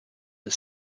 the